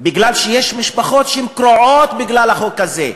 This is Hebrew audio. בגלל שיש משפחות שהן קרועות בגלל החוק הזה.